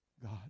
God